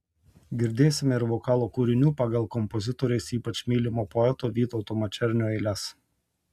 girdėsime ir vokalo kūrinių pagal kompozitorės ypač mylimo poeto vytauto mačernio eiles